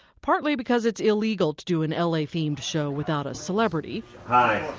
partly because it's illegal to do an l a themed show without a celebrity hi,